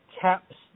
caps